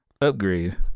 Upgrade